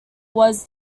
was